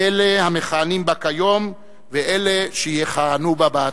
אלה המכהנים בה כיום ואלה שיכהנו בה בעתיד.